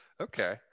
okay